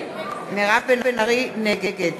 נגד